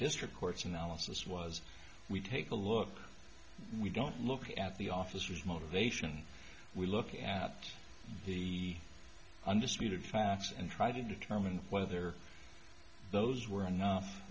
district court's analysis was we take a look we don't look at the officers motivation we look at the undisputed facts and try to determine whether those were enough